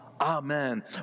Amen